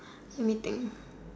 let me think